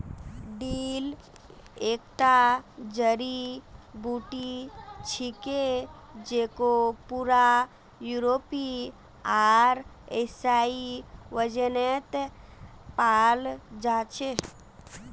dill एकता जड़ी बूटी छिके जेको पूरा यूरोपीय आर एशियाई व्यंजनत पाल जा छेक